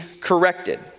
corrected